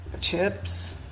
chips